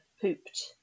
pooped